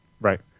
Right